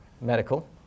medical